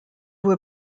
were